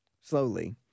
slowly